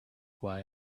why